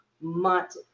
month